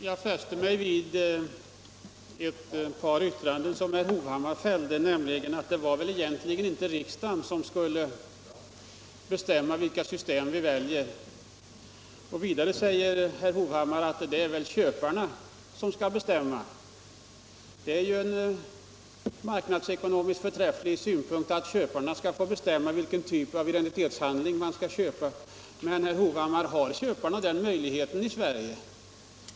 Herr talman! Jag fäste mig vid ett par yttranden som herr Hovhammar fällde. Han sade att det egentligen inte var riksdagen som skulle bestämma vilket system som skulle väljas. Vidare sade han att det är köparna som skall bestämma. Det är ju en marknadsekonomiskt förträfflig synpunkt att köparna skall få bestämma vilken typ av identitetshandling man skall köpa, men, herr Hovhammar, har köparna den möjligheten i Sverige?